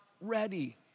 ready